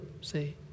see